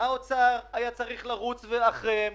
האוצר היה צריך לרוץ אחריהם,